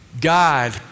God